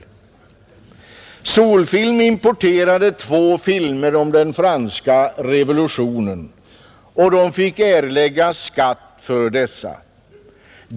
Det företaget importerade två filmer om den franska revolutionen och fick betala skatt för dessa.